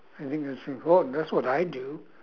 I think that's important that's what I'd do